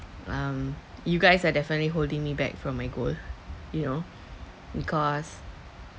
um you guys are definitely holding me back from my goal you know because